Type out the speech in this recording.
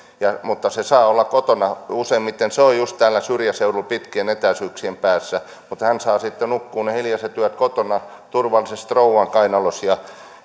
kautta seitsemän mutta hän saa olla kotona useimmiten se on näin just syrjäseudulla pitkien etäisyyksien päässä mutta hän saa sitten nukkua ne hiljaiset yöt kotona turvallisesti rouvan kainalossa ja